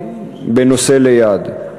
בנושא ליד,